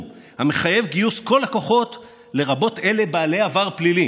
המחייב גיוס כל הכוחות לרבות אלה בעלי עבר פלילי".